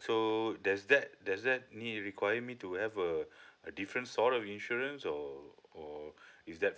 so does that does that need to require me to have a a different sort of insurance or or is that